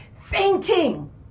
fainting